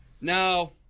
Now